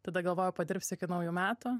tada galvojau padirbsiu iki naujų metų